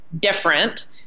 different